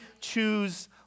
choose